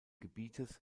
gebietes